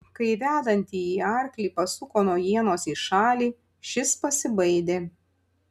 kai vedantįjį arklį pasuko nuo ienos į šalį šis pasibaidė